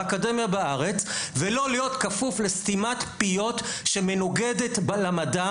באקדמיה בארץ ולא להיות כפוף לסתימת פיות שמנוגדת למדע